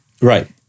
Right